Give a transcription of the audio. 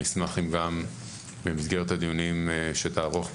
נשמח אם גם במסגרת הדיונים שתערוך פה,